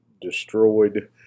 destroyed